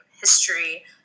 history